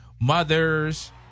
mothers